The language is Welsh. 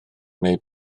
neu